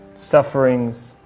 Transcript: sufferings